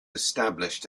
established